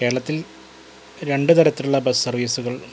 കേരളത്തിൽ രണ്ട് തരത്തിലുള്ള ബസ് സർവീസുകൾ